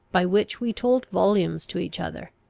by which we told volumes to each other.